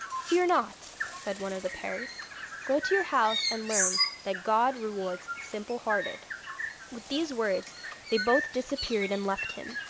fear not said one of the peris go to your house, and learn that god rewards the simple-hearted with these words they both disappeared and left him.